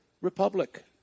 republic